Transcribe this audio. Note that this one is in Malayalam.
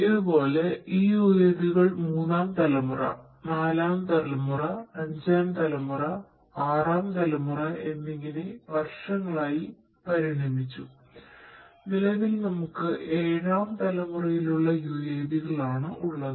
ഇതുപോലെ ഈ UAV കൾ മൂന്നാം തലമുറ നാലാം തലമുറ അഞ്ചാം തലമുറ ആറാം തലമുറ എന്നിങ്ങനെ വർഷങ്ങളായി പരിണമിച്ചു നിലവിൽ നമുക്ക് ഏഴാം തലമുറയിലുള്ള UAV കളാണ് ഉള്ളത്